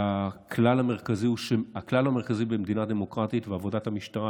והכלל המרכזי במדינה דמוקרטית הוא שעבודת המשטרה,